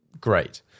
great